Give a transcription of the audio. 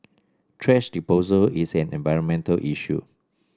thrash disposal is an environmental issue